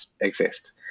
exist